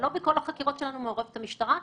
לא בכל החקירות שלנו מעורבת המשטרה.